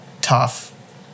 tough